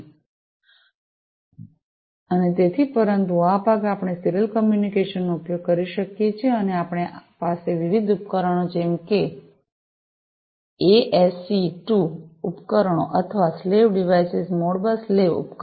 અને તેથી પરંતુ આ ભાગ આપણે સીરીયલ કમ્યુનિકેશનનો ઉપયોગ કરી શકીએ છીએ અને આપણી પાસે આ વિવિધ ઉપકરણો છે જેમ કે એએસસી II ઉપકરણો અથવા સ્લેવ ડિવાઇસેસ મોડબસ સ્લેવ ઉપકરણો